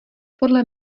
podle